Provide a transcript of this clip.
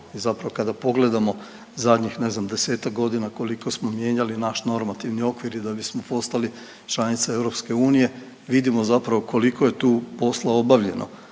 zapravo kada pogledamo zadnjih, ne znam, 10-ak godina koliko smo mijenjali naš normativni okvir i da bismo postali članica EU, vidimo zapravo koliko je tu posla obavljeno.